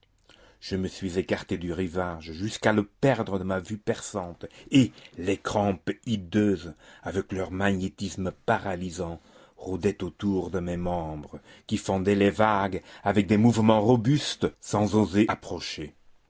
je me suis écarté du rivage jusqu'à le perdre de ma vue perçante et les crampes hideuses avec leur magnétisme paralysant rôdaient autour de mes membres qui fendaient les vagues avec des mouvements robustes sans oser approcher